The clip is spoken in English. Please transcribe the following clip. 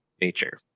nature